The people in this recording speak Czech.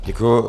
Děkuju.